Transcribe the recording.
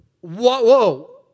Whoa